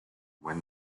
when